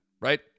right